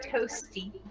toasty